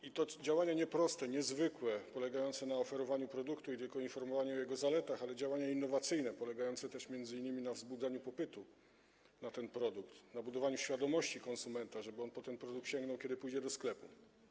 I to działania nie proste, nie zwykłe, polegające na oferowaniu produktu i informowaniu tylko o jego zaletach, ale działania innowacyjne, polegające też m.in. na wzbudzaniu popytu na ten produkt, na budowaniu świadomości konsumenta, żeby on po ten produkt sięgnął, kiedy pójdzie do sklepu.